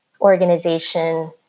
organization